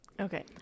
Okay